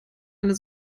eine